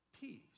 peace